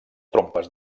trompes